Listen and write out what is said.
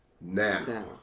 now